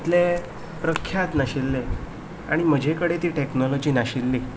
इतलें प्रख्यात नाशिल्लें आनी म्हजेय कडेन ती टॅक्नोलॉजी नाशिल्ली